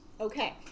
Okay